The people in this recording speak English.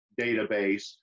database